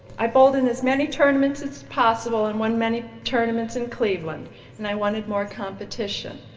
i bowled in as many tournaments it's possible and won many tournaments in cleveland and i wanted more competition.